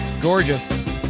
Gorgeous